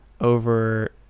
over